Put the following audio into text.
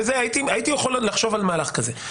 הייתי יכול לחשוב על מהלך כזה.